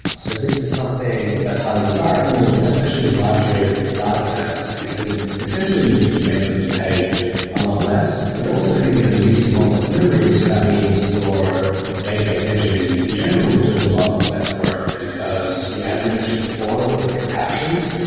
so, this is something that's highly desirable especially in larger dataset, because it essentially means that you basically just pay a lot less, but also you know use a lot less memory. so that means your database engine in in general is doing a lot less work, because as we've mentioned before with compactions,